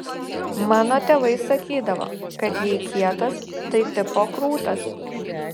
mano tėvai sakydavo kad jei kietas tai tipo krūtas